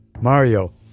Mario